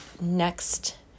next